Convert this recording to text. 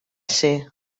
ser